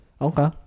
Okay